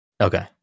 Okay